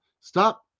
Stop